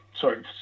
sorry